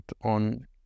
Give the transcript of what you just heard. on